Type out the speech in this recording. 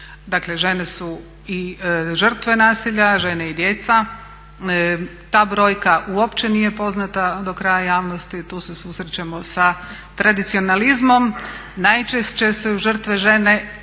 žene su i žrtve nasilja, žene i djeca. Ta brojka uopće nije poznata do kraja javnosti, tu se susrećemo sa tradicionalizmom, najčešće su žrtve žene